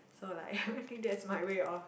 so like I think that's my way of